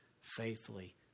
faithfully